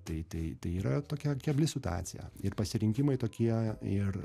tai tai tai yra tokia kebli situacija ir pasirinkimai tokie ir